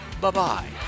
Bye-bye